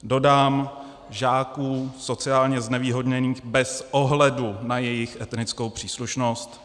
Dodám, žáků sociálně znevýhodněných bez ohledu na jejich etnickou příslušnost.